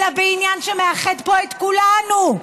אלא בעניין שמאחד פה את כולנו,